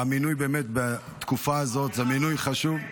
באמת בתקופה הזאת המינוי זה מינוי חשוב.